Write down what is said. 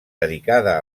dedicada